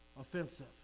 offensive